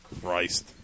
Christ